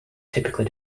typically